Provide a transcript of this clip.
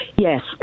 Yes